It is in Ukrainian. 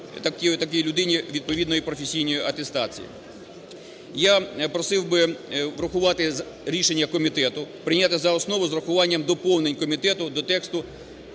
такій людині відповідно і в професійній атестації. Я просив би врахувати рішення комітету прийняти за основу з врахуванням доповнень комітету до тексту